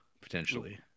potentially